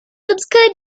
obscured